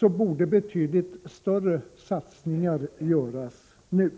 borde betydligt större satsningar göras nu.